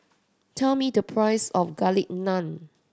tell me the price of Garlic Naan